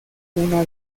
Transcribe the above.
una